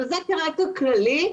אבל זה כרקע כללי.